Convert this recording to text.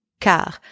car